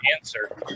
answer